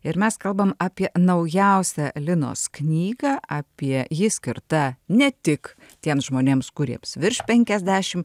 ir mes kalbam apie naujausią linos knygą apie ji skirta ne tik tiems žmonėms kuriems virš penkiasdešim